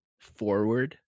forward